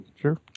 sure